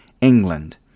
England